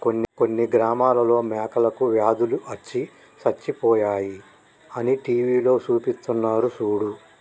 కొన్ని గ్రామాలలో మేకలకి వ్యాధులు అచ్చి సచ్చిపోయాయి అని టీవీలో సూపిస్తున్నారు సూడు